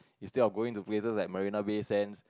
instead of going to places like Marina-Bay-Sands